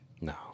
No